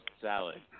Salad